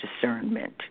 discernment